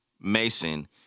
Mason